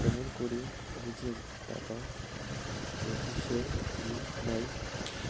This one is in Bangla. কেমন করি বুঝিম টাকা ঢুকিসে কি নাই?